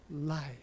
life